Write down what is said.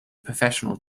professional